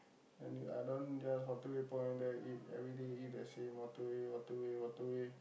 and you~ I don't there's waterway-point then everyday eat the same Waterway Waterway Waterway